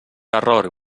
error